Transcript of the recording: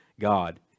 God